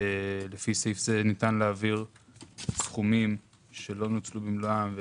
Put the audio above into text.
לפי סעיף זה ניתן להעביר סכומים שלא נוצלו במלואם,